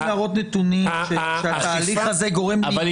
להראות נתונים שהתהליך הזה גורם לעיכוב.